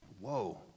Whoa